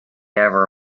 ever